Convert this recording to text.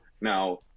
now